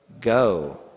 go